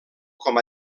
com